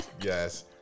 yes